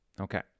Okay